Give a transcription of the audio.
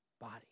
body